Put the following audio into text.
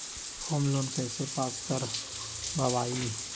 Home loan कैसे pass कर बाबई?